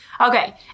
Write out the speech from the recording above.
Okay